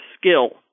skill